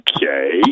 Okay